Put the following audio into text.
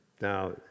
Now